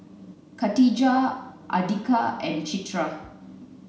Katijah Andika and Citra